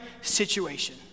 situation